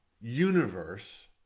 universe